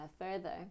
further